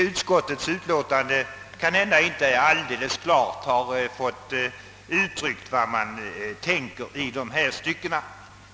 Utskottets utlåtande kanske inte heller alldeles klart ger uttryck för de olika åsikterna i detta avseende.